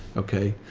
okay.